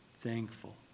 Thankful